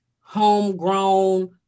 homegrown